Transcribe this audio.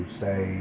say